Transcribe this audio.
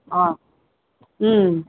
ஆ ம்